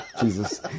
Jesus